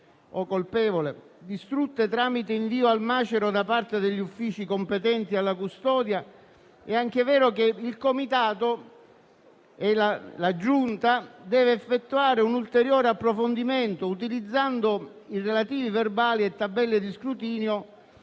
o colpevole) tramite invio al macero da parte degli uffici competenti alla custodia, è anche vero che il Comitato e la Giunta devono effettuare un ulteriore approfondimento utilizzando i relativi verbali e tabelle di scrutinio